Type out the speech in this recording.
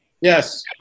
Yes